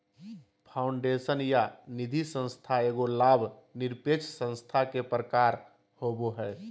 foundation या निधिसंस्था एगो लाभ निरपेक्ष संस्था के प्रकार होवो हय